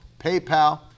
PayPal